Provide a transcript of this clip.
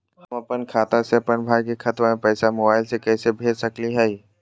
हम अपन खाता से अपन भाई के खतवा में पैसा मोबाईल से कैसे भेज सकली हई?